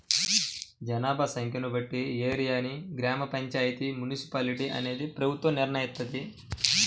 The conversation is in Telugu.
జనాభా సంఖ్యను బట్టి ఏరియాని గ్రామ పంచాయితీ, మున్సిపాలిటీ అనేది ప్రభుత్వం నిర్ణయిత్తది